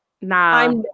nah